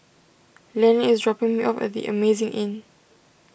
Lenny is dropping me off at the Amazing Inn